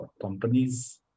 companies